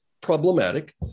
problematic